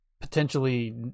potentially